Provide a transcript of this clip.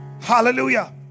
Hallelujah